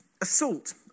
assault